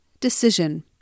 decision